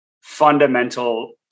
fundamental